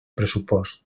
pressupost